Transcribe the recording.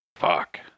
Fuck